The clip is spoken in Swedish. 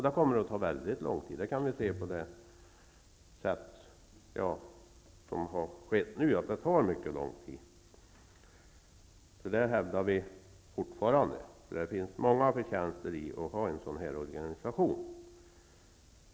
Det kommer att ta mycket lång tid att sälja ut företagen -- det har vi redan sett. Vi hävdar fortfarande att det finns många förtjänster i att ha en sådan här organisation.